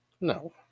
No